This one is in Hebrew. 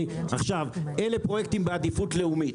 אלה פרויקטים בעדיפות לאומית.